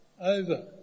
over